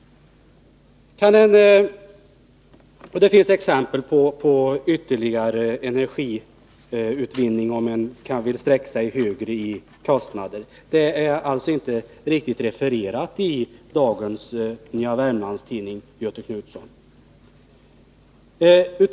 Och det finns exempel på ytterligare möjligheter till energiutvinning om man vill sträcka sig till högre kostnader. Det hela är alltså inte riktigt refererat i dagens nummer av Nya Wermlands-Tidningen, Göthe Knutson.